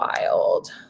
wild